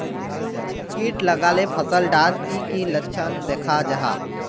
किट लगाले फसल डात की की लक्षण दखा जहा?